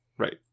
Right